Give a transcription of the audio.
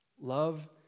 Love